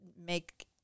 make